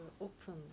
open